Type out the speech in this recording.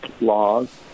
laws